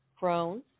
Crohn's